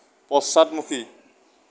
পশ্চাদমুখী